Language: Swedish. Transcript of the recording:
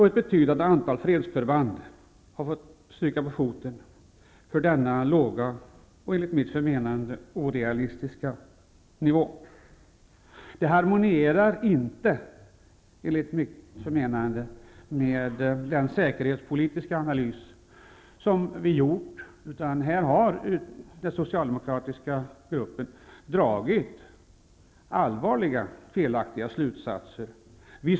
Ett betydande antal fredsförband har fått stryka på foten för denna låga och enligt mitt förmenande orealistiska nivå. Det harmonierar inte med den säkerhetspolitiska analys som vi gjort. Här har den socialdemokratiska gruppen dragit allvarliga felaktiga slutsatser.